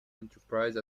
enterprise